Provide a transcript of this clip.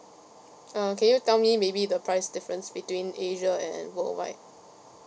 uh can you tell me maybe the price difference between asia and worldwide